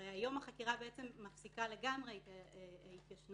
הרי היום החקירה מפסיקה לגמרי את ההתיישנות